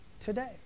today